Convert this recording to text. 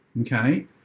Okay